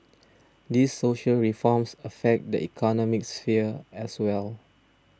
these social reforms affect the economic sphere as well